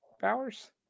Bowers